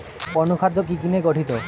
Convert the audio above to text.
অনুখাদ্য কি কি নিয়ে গঠিত?